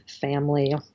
family